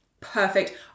perfect